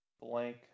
blank